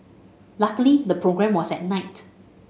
luckily the programme was at night